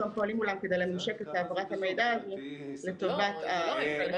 ואנחנו גם פועלים מולם כדי לממשק את העברת המידע הזאת לטובת הפיקוח.